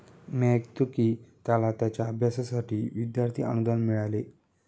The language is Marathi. मी ऐकतो की त्याला त्याच्या अभ्यासासाठी विद्यार्थी अनुदान मिळाले